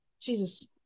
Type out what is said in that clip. jesus